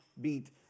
beat